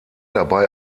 dabei